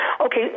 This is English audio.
Okay